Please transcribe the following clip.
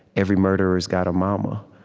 every murderer's got a mama.